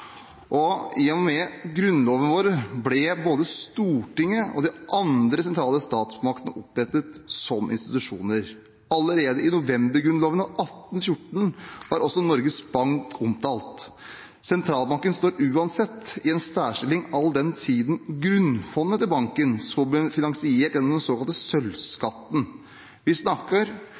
I og med Grunnloven ble både Stortinget og de andre sentrale statsmaktene opprettet som institusjoner. Allerede i novembergrunnloven av 1814 ble Norges Bank omtalt. Sentralbanken står uansett i en særstilling, all den tid grunnfondet til banken ble finansiert gjennom den såkalte sølvskatten. Vi snakker